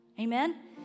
Amen